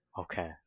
okay